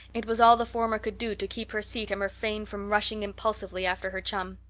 it was all the former could do to keep her seat and refrain from rushing impulsively after her chum.